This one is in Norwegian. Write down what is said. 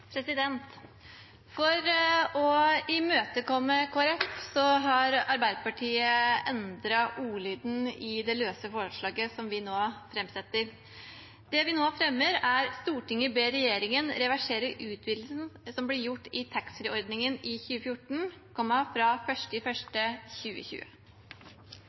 Arbeiderpartiet endret ordlyden i det løse forslaget vi nå framsetter. Det vi nå fremmer, er: «Stortinget ber regjeringen reversere utvidelsen som ble gjort i taxfree-ordningen i 2014 fra